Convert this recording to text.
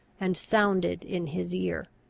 and sounded in his ear